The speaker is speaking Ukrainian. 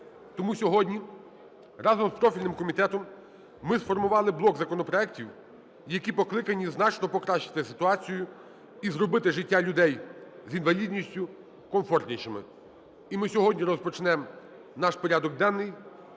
Тому сьогодні разом з профільним комітетом ми сформували блок законопроектів, які покликані значно покращити ситуацію і зробити життя людей з інвалідністю комфортнішим. І ми сьогодні розпочнемо наш порядок денний